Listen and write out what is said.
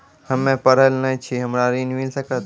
हम्मे पढ़ल न छी हमरा ऋण मिल सकत?